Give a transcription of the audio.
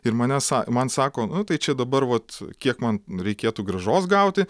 ir mane sa man sako nu tai čia dabar vat kiek man reikėtų grąžos gauti